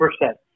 percent